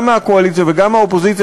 גם מהקואליציה וגם מהאופוזיציה,